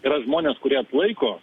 yra žmonės kurie atlaiko